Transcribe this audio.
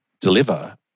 deliver